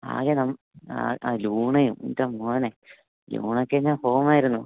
ആകെ നമുക്ക് ആ ലൂണയും എൻ്റെ മോനെ ലൂണയൊക്കെ എന്നാ ഫോമായിരുന്നു